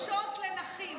דירות נגישות לנכים.